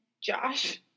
Josh